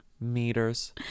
Meters